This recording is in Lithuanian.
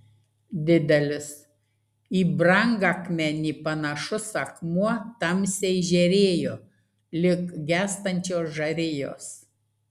didelis į brangakmenį panašus akmuo tamsiai žėrėjo lyg gęstančios žarijos